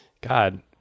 god